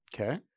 Okay